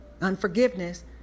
unforgiveness